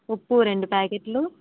ఉప్పు రెండు ప్యాకెట్లు